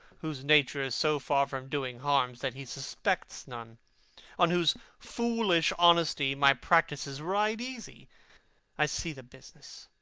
whose nature is so far from doing harms that he suspects none on whose foolish honesty my practices ride easy i see the business.